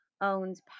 owns